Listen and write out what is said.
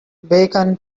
bacon